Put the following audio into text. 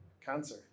cancer